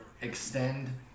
extend